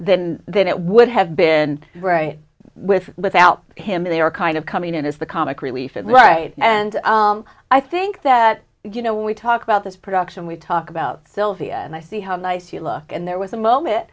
than than it would have been right with without him and they were kind of coming in as the comic relief and right and i think that you know when we talk about this production we talk about sylvia and i see how nice you look and there was a moment